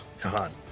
god